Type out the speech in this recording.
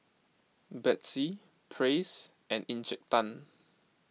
Betsy Praise and Encik Tan